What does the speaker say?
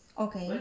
okay